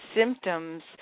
symptoms